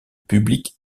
public